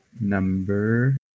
Number